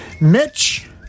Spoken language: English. Mitch